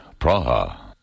Praha